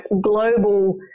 global